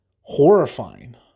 horrifying